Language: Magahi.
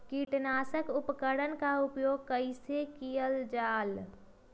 किटनाशक उपकरन का प्रयोग कइसे कियल जाल?